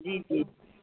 जी जी